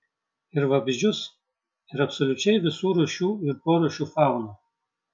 ir vabzdžius ir absoliučiai visų rūšių ir porūšių fauną